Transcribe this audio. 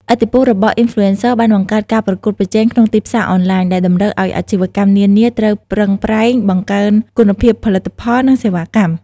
ឥទ្ធិពលរបស់ អុីនផ្លូអេនសឹ បានបង្កើនការប្រកួតប្រជែងក្នុងទីផ្សារអនឡាញ ដែលតម្រូវឲ្យអាជីវកម្មនានាត្រូវប្រឹងប្រែងបង្កើនគុណភាពផលិតផល និងសេវាកម្ម។